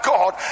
God